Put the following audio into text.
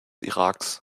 iraks